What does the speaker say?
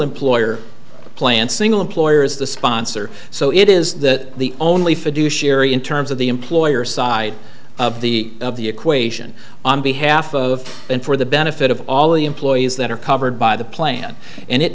employer plan single employer is the sponsor so it is that the only fiduciary in terms of the employer side of the of the equation on behalf of and for the benefit of all the employees that are covered by the plan and it